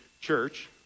church